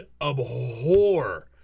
abhor